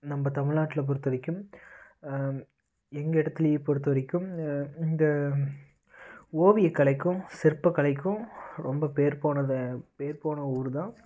நம்ம தமிழ்நாட்டில் பொறுத்தவரைக்கும் எங்க இடத்துலையே பொறுத்தவரைக்கும் இந்த ஓவியக்கலைக்கும் சிற்பக்கலைக்கும் ரொம்ப பேர் போனது பேர் போன ஊர் தான்